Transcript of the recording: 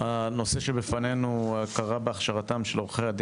הנושא שלפנינו הוא הכרה בהכשרתם של עולים חדשים,